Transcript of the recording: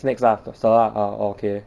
snakes lah 蛇 lah orh okay